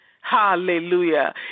Hallelujah